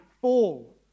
fall